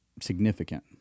significant